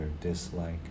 dislike